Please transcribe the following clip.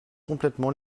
complètement